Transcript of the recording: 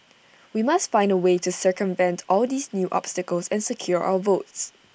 we must find A way to circumvent all these new obstacles and secure our votes